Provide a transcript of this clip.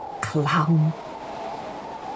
clown